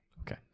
Okay